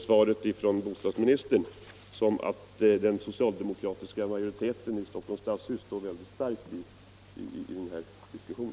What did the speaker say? Svaret från bostadsministern tyder på att den socialdemokratiska majoriteten i Stockholms stadshus står stark i denna diskussion.